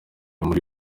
muri